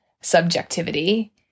subjectivity